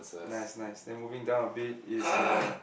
nice nice then moving down a bit it's a